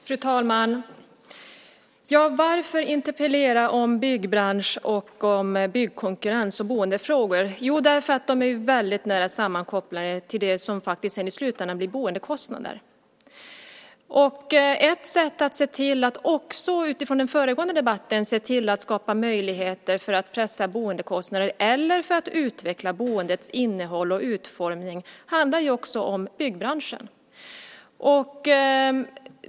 Fru talman! Varför interpellera om byggbransch, byggkonkurrens och boendefrågor? Jo, därför att de är väldigt nära sammankopplade med det som faktiskt i slutändan blir boendekostnader. Ett sätt - också utifrån den föregående debatten - att se till att skapa möjligheter för att pressa boendekostnader eller för att utveckla boendets innehåll och utformning handlar också om byggbranschen.